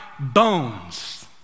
bones